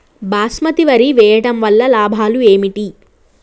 బాస్మతి వరి వేయటం వల్ల లాభాలు ఏమిటి?